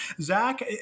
Zach